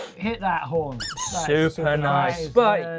hit that horn. super nice bike.